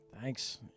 Thanks